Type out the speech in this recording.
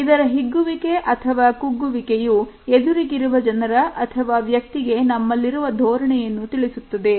ಇದರ ಹಿಗ್ಗುವಿಕೆ ಅಥವಾ ಕುಗ್ಗುವಿಕೆ ಯು ಎದುರಿಗಿರುವ ಜನರ ಅಥವಾ ವ್ಯಕ್ತಿಗೆ ನಮ್ಮಲ್ಲಿರುವ ಧೋರಣೆಯನ್ನು ತಿಳಿಸುತ್ತದೆ